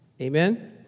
Amen